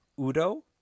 Udo